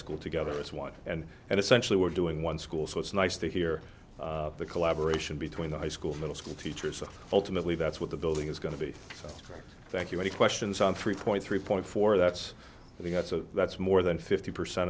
school together as one and and essentially we're doing one school so it's nice to hear the collaboration between the high school middle school teacher so ultimately that's what the building is going to be for thank you many questions on three point three point four that's we've got so that's more than fifty percent